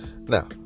Now